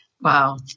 Wow